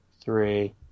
three